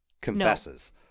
confesses